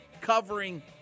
covering